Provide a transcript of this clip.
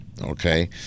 okay